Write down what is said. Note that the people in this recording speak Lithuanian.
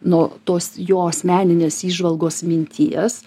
nuo tos jo asmeninės įžvalgos minties